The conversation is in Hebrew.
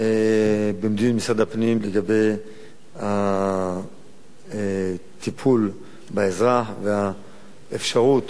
במדיניות משרד הפנים לגבי הטיפול באזרח והאפשרות